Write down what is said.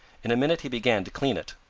in a minute he began to clean it.